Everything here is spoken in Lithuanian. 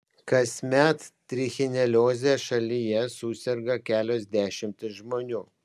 kasmet trichinelioze šalyje suserga kelios dešimtys žmonių